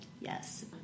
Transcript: Yes